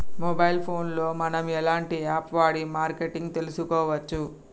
Mobile phone లో మనం ఎలాంటి యాప్ వాడి మార్కెటింగ్ తెలుసుకోవచ్చు?